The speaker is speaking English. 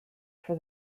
for